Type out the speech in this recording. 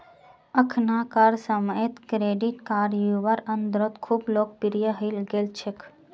अखनाकार समयेत credit card युवार अंदरत खूब लोकप्रिये हई गेल छेक